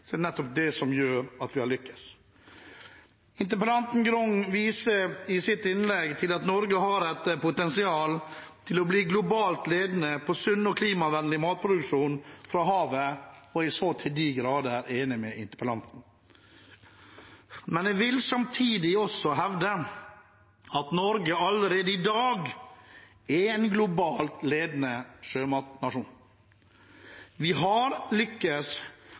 vi lyktes. Interpellanten Grung viser i sitt innlegg til at Norge har et potensial til å bli globalt ledende på sunn og klimavennlig matproduksjon fra havet, og jeg er så til de grader enig med interpellanten. Men samtidig vil jeg hevde at Norge allerede i dag er en globalt ledende sjømatnasjon. Vi har lyktes med mye, og vi vil lykkes